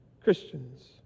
Christians